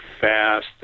fast